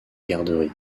garderie